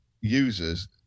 users